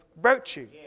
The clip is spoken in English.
virtue